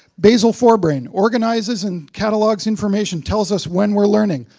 basal forebrain organizes and catalogs information, tells us when we're learning.